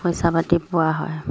পইচা পাতি পোৱা হয়